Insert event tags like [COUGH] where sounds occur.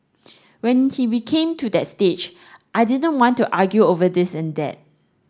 when [UNINTELLIGIBLE] came to that stage I didn't want to argue over this and that